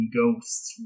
Ghosts